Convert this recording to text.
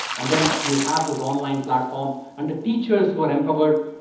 and then you have this online platform. and the teachers who are empowered,